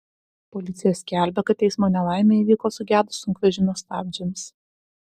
policija skelbia kad eismo nelaimė įvyko sugedus sunkvežimio stabdžiams